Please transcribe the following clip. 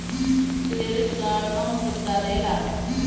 Credit card कौन सुबिधा देला?